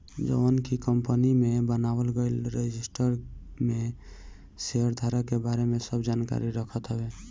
जवन की कंपनी में बनावल गईल रजिस्टर में शेयरधारक के बारे में सब जानकारी रखत हवे